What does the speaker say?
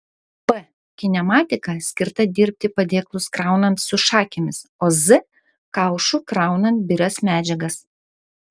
p kinematika skirta dirbti padėklus kraunant su šakėmis o z kaušu kraunant birias medžiagas